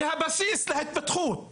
כי הבסיס להתפתחות לחברה,